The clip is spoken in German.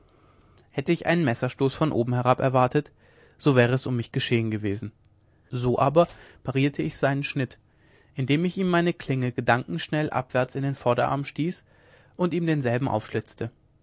hätte ich einen messerstoß von oben herab erwartet so wäre es um mich geschehen gewesen so aber parierte ich seinen schnitt indem ich ihm meine klinge gedankenschnell abwärts in den vorderarm stieß und ihm denselben